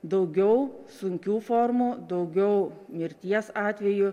daugiau sunkių formų daugiau mirties atvejų